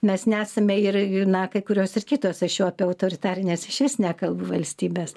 mes nesame ir ir na kai kurios ir kitos aš jau apie autoritarines išvis nekalbu valstybes